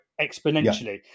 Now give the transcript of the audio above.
exponentially